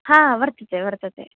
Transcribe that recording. हा वर्तते वर्तते